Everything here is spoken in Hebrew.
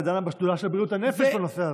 ודנה בשדולה של בריאות הנפש בנושא הזה.